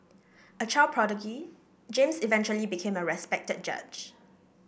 a child prodigy James eventually became a respected judge